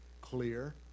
clear